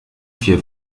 vier